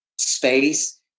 space